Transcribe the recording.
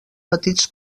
petits